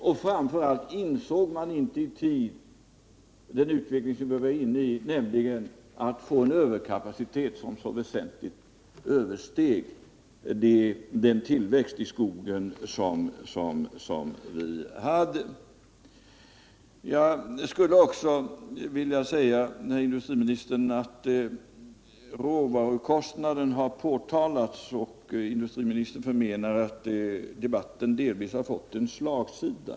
Och framför allt insåg man inte i tid den utveckling vi var inne i, nämligen mot en överkapacitet som väsentligt översteg tillväxten i skogen. Råvarukostnaderna har påtalats, och industriministern menar att debatten delvis fått slagsida.